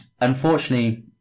Unfortunately